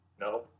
No